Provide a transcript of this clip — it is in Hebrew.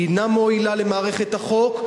היא אינה מועילה למערכת החוק,